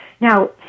Now